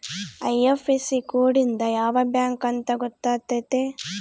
IFSC code ಇಂದ ಯಾವ bank ಅಂತ ಗೊತ್ತಾತತೆ